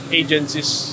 agencies